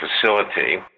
facility